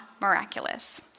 miraculous